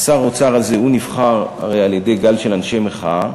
שר האוצר הזה נבחר הרי על-ידי גל של אנשי מחאה,